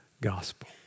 gospel